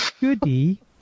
Goody